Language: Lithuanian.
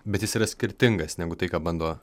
bet jis yra skirtingas negu tai ką bando